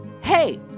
Hey